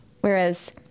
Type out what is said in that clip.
Whereas